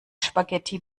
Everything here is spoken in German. spaghetti